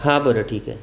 हां बरं ठीक आहे